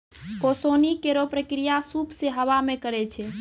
ओसौनी केरो प्रक्रिया सूप सें हवा मे करै छै